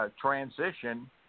transition